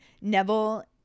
Neville